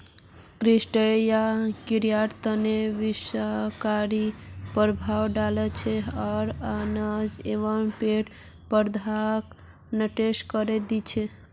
कृषि कीट या कीड़ा खेतत विनाशकारी प्रभाव डाल छेक आर अनाज एवं पेड़ पौधाक नष्ट करे दी छेक